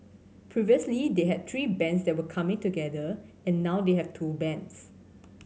previously they had three bands that were coming together and now they have two bands